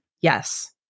Yes